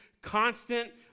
Constant